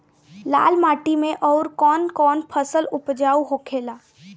लाल माटी मे आउर कौन कौन फसल उपजाऊ होखे ला?